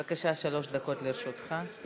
בבקשה, שלוש דקות לרשותך.